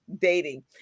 dating